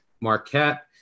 Marquette